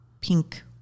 pink